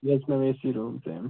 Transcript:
yes ma'am A C room